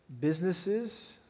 businesses